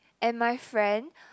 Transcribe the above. and my friend